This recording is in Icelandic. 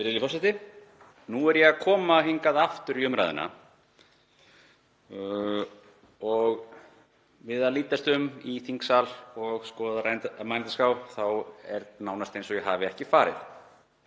Nú er ég að koma hingað aftur í umræðuna og þegar ég lít yfir þingsal og skoða mælendaskrá þá er nánast eins og ég hafi ekki farið.